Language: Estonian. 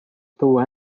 tuua